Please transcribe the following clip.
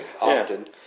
often